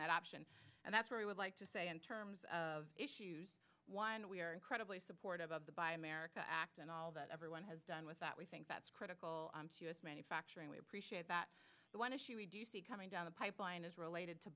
that option and that's where we would like to say in terms of issues one we are incredibly supportive of the buy america act and all that everyone has done with that we think that's critical to us manufacturing we appreciate that the one issue we do see coming down the pipeline is related to